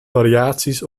variaties